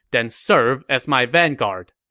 then serve as my vanguard.